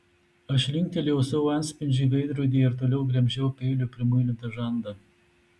aš linktelėjau savo atspindžiui veidrodyje ir toliau gremžiau peiliu primuilintą žandą